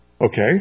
Okay